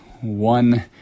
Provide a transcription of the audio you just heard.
one